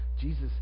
Jesus